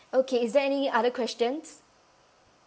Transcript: okay is there any other questions